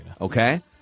okay